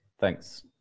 Thanks